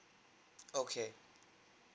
okay